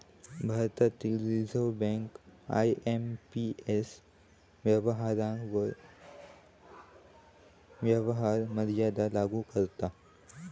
भारतीय reserve bank IMPS व्यवहारांवर व्यवहार मर्यादा लागू करता